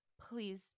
please